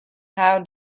how